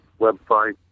website